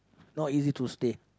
not easy to stay